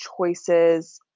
choices